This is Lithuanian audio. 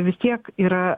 vis tiek yra